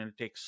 analytics